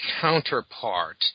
counterpart